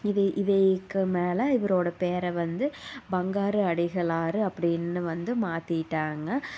இது இதுக்கு மேல இவரோட பேரை வந்து பங்காரு அடிகளார் அப்படின்னு வந்து மாற்றிட்டாங்க